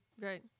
right